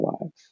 lives